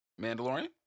Mandalorian